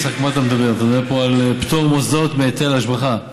אתה מדבר פה על פטור מוסדות מהיטל השבחה.